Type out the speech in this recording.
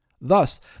Thus